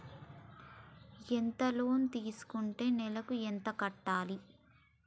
ఎంత లోన్ తీసుకుంటే నెలకు ఎంత కట్టాలి?